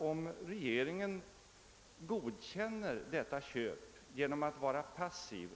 Om regeringen förhåller sig passiv,